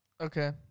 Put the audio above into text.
Okay